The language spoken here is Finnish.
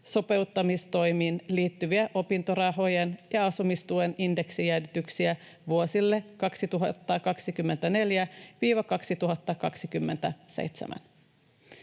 sopeuttamistoimiin liittyviä opintorahojen ja asumistuen indeksijäädytyksiä vuosille 2024—2027.